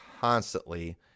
constantly